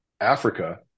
Africa